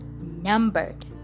numbered